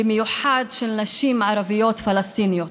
במיוחד של נשים ערביות פלסטיניות.